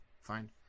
fine